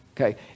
Okay